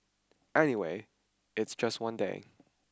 anyway it's just one day